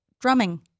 drumming